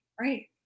right